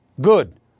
Good